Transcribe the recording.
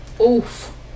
Oof